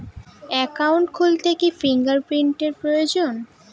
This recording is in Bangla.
একাউন্ট খুলতে কি ফিঙ্গার প্রিন্ট প্রয়োজন?